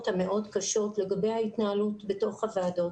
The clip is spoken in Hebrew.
המאוד קשות לגבי ההתנהלות בתוך הוועדות.